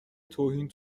توهین